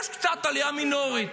יש קצת עלייה מינורית.